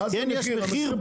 אז כן יש מחיר פה.